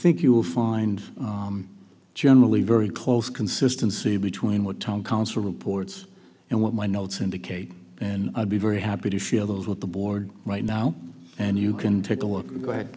think you'll find generally very close consistency between what town council reports and what my notes indicate and i'd be very happy to share those with the board right now and you can take a